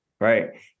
right